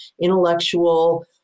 intellectual